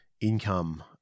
income